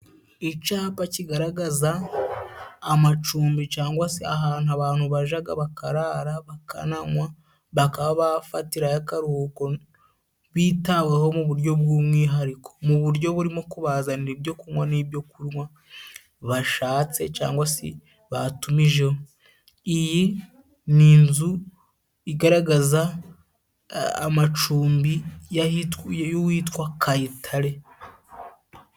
Icyapa kigaragaza amacumbi cyangwa se ahantu abantu bajya bakarara, bakananywa, bakaba bafatirayo akaruhuko, bitaweho mu buryo bw'umwihariko, mu buryo burimo kubazanira ibyo kunywa n'ibyo kunywa, bashatse cyangwa se batumijeho. Iyi ni inzu igaragaza amacumbi y'uwitwa Kayitare.